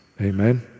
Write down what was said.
Amen